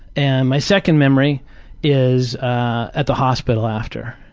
and my second memory is at the hospital after.